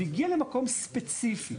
הוא הגיע למקום ספציפי.